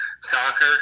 soccer